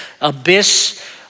abyss